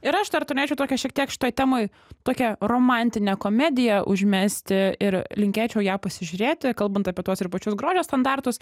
ir aš dar turėčiau tokią šiek tiek šitoj temoj tokią romantinę komediją užmesti ir linkėčiau ją pasižiūrėti kalbant apie tuos ir pačius grožio standartus